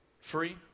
free